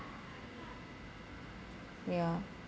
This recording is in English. yeah